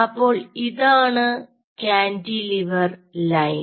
അപ്പോൾ ഇതാണ് cantilever line